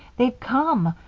they've come.